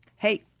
hey